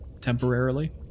temporarily